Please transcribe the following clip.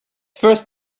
first